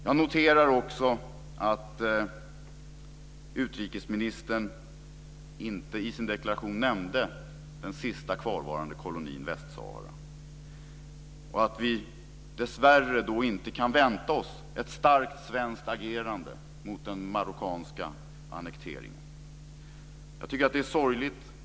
Jag noterar också att utrikesministern i sin deklaration inte nämnde den sista kvarvarande kolonin Västsahara och att vi dessvärre då inte kan förvänta oss ett starkt svenskt agerande mot den marockanska annekteringen. Jag tycker att det är sorgligt.